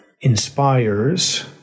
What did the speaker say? inspires